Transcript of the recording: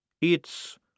It's—